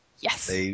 Yes